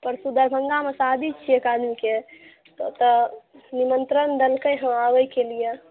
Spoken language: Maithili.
परसु दरभङ्गामे शादी छियै एक आदमीके तऽ ओतऽ निमन्त्रण देलकै हँ आबैके लिए